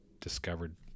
discovered